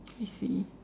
I see